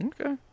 Okay